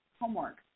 homework